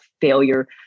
failure